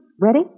Ready